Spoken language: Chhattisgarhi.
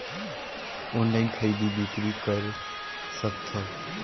ऑनलाइन खरीदी बिक्री कर सकथव?